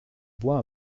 bois